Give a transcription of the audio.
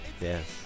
Yes